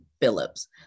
Phillips